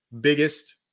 biggest